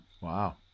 Wow